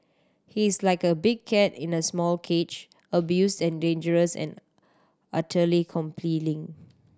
he's like a big cat in a small cage abused and dangerous and utterly compelling